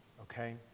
okay